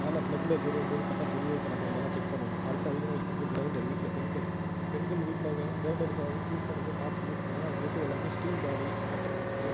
மேல ஃப்ளக்கில் சொருகும் போது கரெக்டாக சொருவி வைக்கிறோமா இதெல்லாம் செக் பண்ணணும் அடுத்து அதிகமாக யூஸ் பண்ணுறது க்ரைண்டர் வீட்டில் பெண்கள் பெண்கள் வீட்டில் க க்ரைண்டர் கோ யூஸ் பண்ணும்போது பார்த்து யூஸ் பண்ணுங்கள் அதில் இருக்கிறது எல்லாமே ஸ்டீல் பாடி மோட்டர் இருக்குது